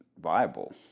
viable